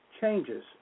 changes